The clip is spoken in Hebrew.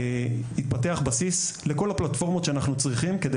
והתפתח בסיס לכל הפלטפורמות שאנחנו צריכים כדי